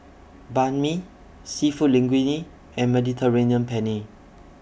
Banh MI Seafood Linguine and Mediterranean Penne